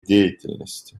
деятельности